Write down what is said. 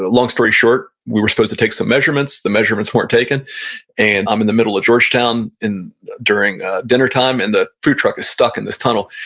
long story short. we were supposed to take some measurements, the measurements weren't taken and i'm in the middle of georgetown during dinner time and the food truck is stuck in this tunnel.